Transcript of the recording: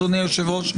אדוני היושב-ראש,